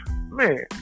man